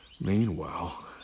Meanwhile